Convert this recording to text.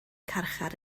carchar